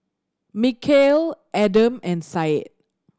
Mikhail Adam and Syed